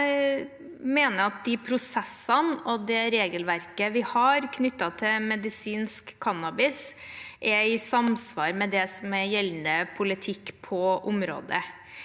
Jeg mener at de prosessene og det regelverket vi har knyttet til medisinsk cannabis, er i samsvar med det som er gjeldende politikk på området.